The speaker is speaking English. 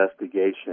investigation